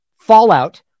fallout